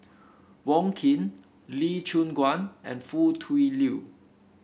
Wong Keen Lee Choon Guan and Foo Tui Liew